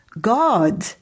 God